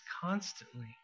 constantly